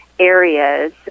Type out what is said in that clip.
areas